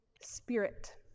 Spirit